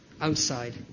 outside